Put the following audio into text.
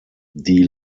die